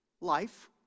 life